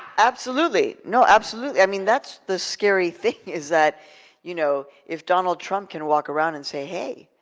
absolutely, no, absolutely. i mean, that's the scary thing is that you know if donald trump can walk around and say, hey,